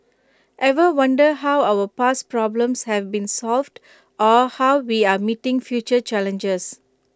ever wonder how our past problems have been solved or how we are meeting future challenges